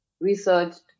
researched